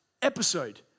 episode